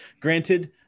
Granted